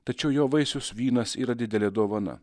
tačiau jo vaisius vynas yra didelė dovana